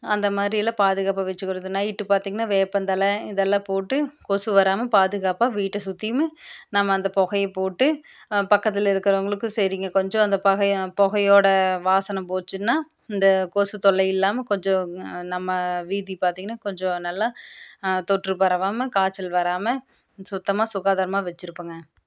அந்த மாதிரியெல்லாம் பாதுகாப்பாக வச்சுக்கிறது நைட்டு பார்த்திங்கன்னா வேப்பந்தழை இதெல்லாம் போட்டு கொசு வராமல் பாதுகாப்பாக வீட்டை சுற்றியுமே நம்ம அந்த புகைய போட்டு பக்கத்தில் இருக்கிறவங்களுக்கு சரிங்க கொஞ்சம் அந்த புகையும் புகையோட வாசனை போச்சுனா இந்த கொசு தொல்லை இல்லாமல் கொஞ்சம் நம்ம வீதி பார்த்திங்கன்னா கொஞ்சம் நல்லா தொற்று பரவாமல் காய்ச்சல் வராமல் சுத்தமாக சுகாதாரமாக வச்சுருப்போங்க